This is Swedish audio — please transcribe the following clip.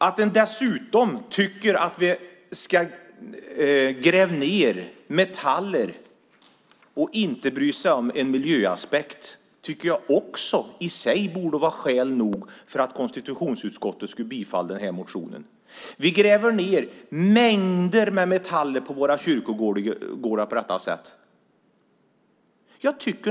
Utskottet tycker alltså att vi ska gräva ned metaller och inte bry oss om miljöaspekten, men detta borde i sig vara skäl nog för konstitutionsutskottet att bifalla motionen. Vi gräver ned mängder av metaller på våra kyrkogårdar på detta sätt.